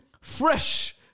fresh